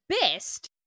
best